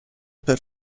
per